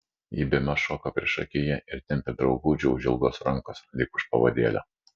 ji bemaž šoko priešakyje ir tempė draugužį už ilgos rankos lyg už pavadėlio